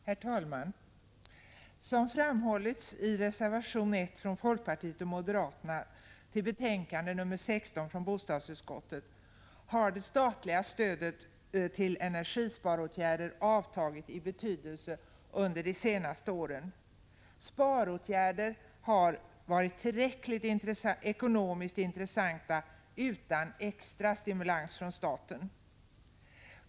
Herr talman! Som framhållits i reservation 1 från folkpartiet och moderaterna till betänkande nr 16 från bostadsutskottet har det statliga stödet till energisparåtgärder avtagit i betydelse under de senaste åren. Sparåtgärder har varit tillräckligt ekonomiskt intressanta utan extra stimulans från staten.